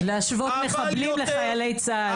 להשוות מחבלים לחיילי צה"ל.